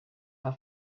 are